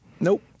Nope